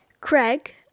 Craig